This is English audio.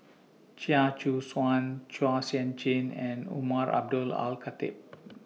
Chia Choo Suan Chua Sian Chin and Umar Abdullah Al Khatib